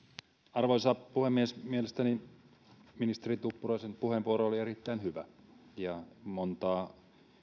arvoisa puhemies mielestäni ministeri tuppuraisen puheenvuoro oli erittäin hyvä ja montaa